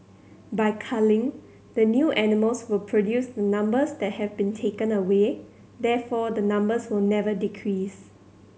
by culling the new animals will produce the numbers that have been taken away therefore the numbers will never decrease